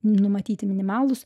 numatyti minimalūs